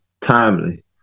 timely